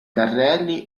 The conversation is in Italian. carrelli